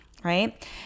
Right